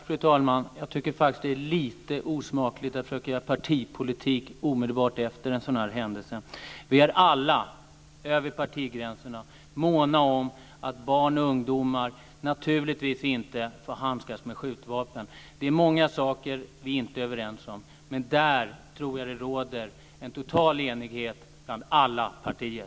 Fru talman! Jag tycker faktiskt att det är lite osmakligt att genast försöka att göra partipolitik av en sådan händelse. Vi är alla, över partigränserna, måna om att barn och ungdomar inte ska handskas med skjutvapen. Det är många saker vi inte är överens om, men där tror jag att det råder en total enighet mellan alla partier.